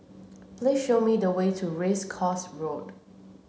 please show me the way to Race Course Road